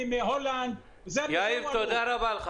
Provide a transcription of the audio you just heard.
מהולנד --- תודה רבה.